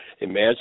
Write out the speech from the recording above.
Imagine